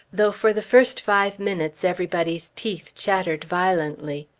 though for the first five minutes everybody's teeth chattered violently.